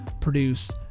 produce